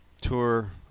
tour